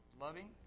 Loving